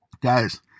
Guys